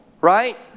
right